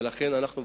ולכן אנחנו,